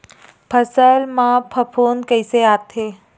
फसल मा फफूंद कइसे आथे?